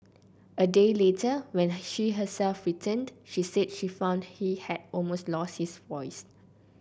a day later when she herself returned she said she found he had almost lost his voice